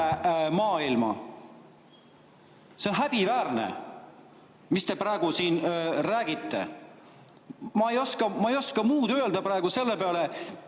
maailma. See on häbiväärne, mis te praegu siin räägite. Ma ei oska praegu muud öelda selle peale.